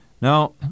Now